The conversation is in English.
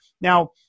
Now